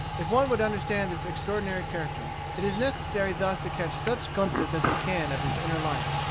if one would understand this extraordinary character, it is necessary thus to catch such glimpses as we can of his inner life.